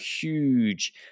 huge